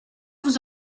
vous